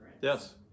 Yes